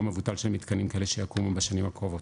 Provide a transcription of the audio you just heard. מבוטל של מתקנים כאלה שיקומו בשנים הקרובות.